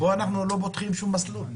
פה אנחנו לא פותחים שום מסלול.